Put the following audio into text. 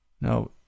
Now